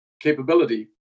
capability